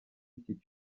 iki